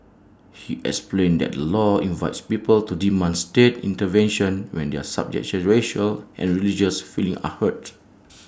he explained that the law invites people to demand state intervention when their subjective racial and religious feelings are hurt